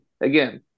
again –